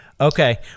Okay